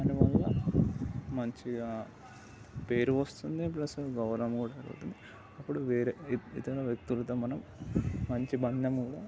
దానివల్ల మంచిగా పేరు వస్తుంది ప్లస్ గౌరవం కూడా పెరుగుతుంది అప్పుడు వేరే ఇతర వ్యక్తులతో మనం మంచి బంధం కూడా